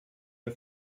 der